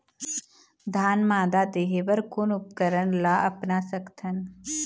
धान मादा देहे बर कोन उपकरण ला अपना सकथन?